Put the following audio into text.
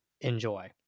enjoy